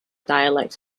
dialect